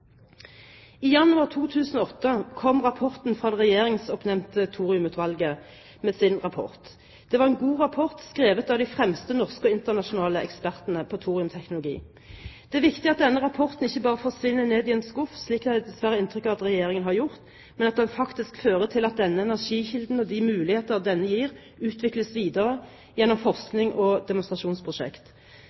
I januar 2008 kom det regjeringsoppnevnte Thoriumutvalget med sin rapport. Det var en god rapport, skrevet av de fremste norske og internasjonale ekspertene på thoriumteknologi. Det er viktig at denne rapporten ikke bare forsvinner ned i en skuff, slik jeg dessverre har inntrykk av at den har gjort hos Regjeringen, men at den faktisk fører til at denne energikilden og de muligheter denne gir, utvikles videre gjennom forskning og demonstrasjonsprosjekt.